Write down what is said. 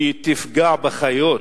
כי תפגע בחיות